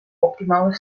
optimale